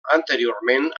anteriorment